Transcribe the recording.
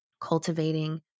cultivating